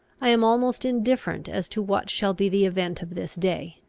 i am almost indifferent as to what shall be the event of this day.